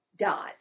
Dot